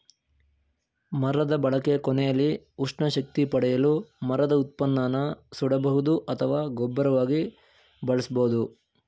ಮರದ ಬಳಕೆ ಕೊನೆಲಿ ಉಷ್ಣ ಶಕ್ತಿ ಪಡೆಯಲು ಮರದ ಉತ್ಪನ್ನನ ಸುಡಬಹುದು ಅಥವಾ ಗೊಬ್ಬರವಾಗಿ ಬಳಸ್ಬೋದು